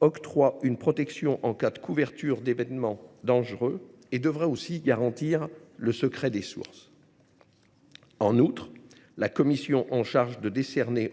octroie une protection en cas de couverture d’événements dangereux et qui devrait aussi garantir le secret des sources. En outre, la commission chargée de décerner